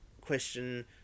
question